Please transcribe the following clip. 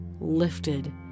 lifted